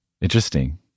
Interesting